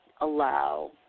Allow